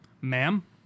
Ma'am